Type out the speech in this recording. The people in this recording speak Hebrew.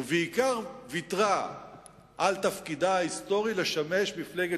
ובעיקר ויתרה על תפקידה ההיסטורי לשמש מפלגת